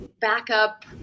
backup